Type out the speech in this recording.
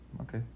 okay